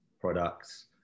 products